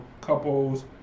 couple's